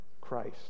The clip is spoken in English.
Christ